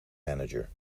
manager